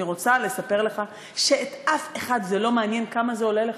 אני רוצה לספר לך שאת אף אחד זה לא מעניין כמה זה עולה לך.